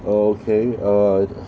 okay uh